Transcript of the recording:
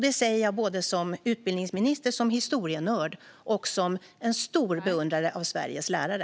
Det säger jag både som utbildningsminister, som historienörd och som en stor beundrare av Sveriges lärare.